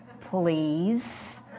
please